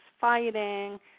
fighting